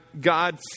God